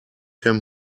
him